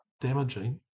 damaging